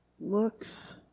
looks